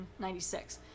1996